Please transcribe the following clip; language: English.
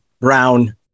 brown